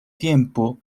tiempo